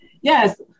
yes